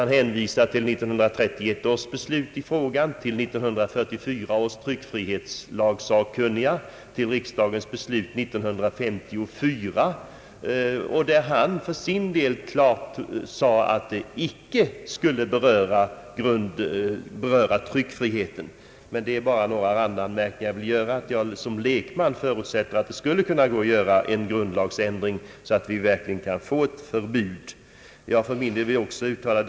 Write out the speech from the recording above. Han hänvisade till 1931 års beslut, till 1944 års tryckfrihetslagsakkunniga och till riksdagens beslut 1954 och uttalade för sin del att ett förbud mot den här sortens reklam icke hade att göra med frågan om tryckfriheten. Som lekman förutsätter jag att det skulle kunna gå att göra en grundlagsändring så att vi verkligen kan få ett förbud.